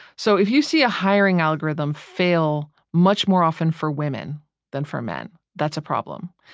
so if you see a hiring algorithm fail much more often for women than for men, that's a problem,